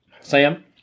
Sam